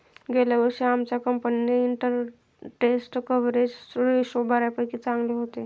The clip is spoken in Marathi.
गेल्या वर्षी आमच्या कंपनीचे इंटरस्टेट कव्हरेज रेशो बऱ्यापैकी चांगले होते